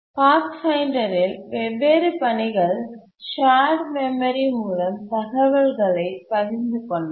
பாத்ஃபைண்டரில் வெவ்வேறு பணிகள் shared memory மூலம் தகவல்களை பகிர்ந்து கொண்டன